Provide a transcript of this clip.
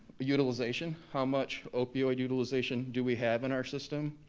utilization, how much opioid utilization do we have in our system?